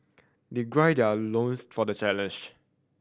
they gird their loins for the challenge